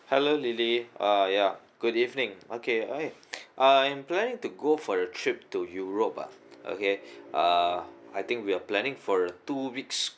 hello lily uh ya good evening okay I I'm planning to go for a trip to europe ah okay uh I think we are planning for a two weeks